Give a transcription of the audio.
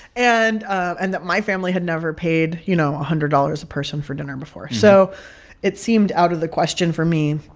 and and that my family had never paid, you know, a hundred dollars a person for dinner before. so it seemed out of the question for me.